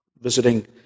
visiting